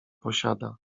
posiada